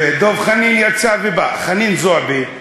דב חנין יצא ובא, חנין זועבי.